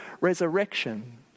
resurrection